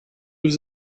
was